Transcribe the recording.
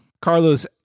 Carlos